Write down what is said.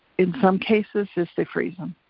in some cases is they freeze em.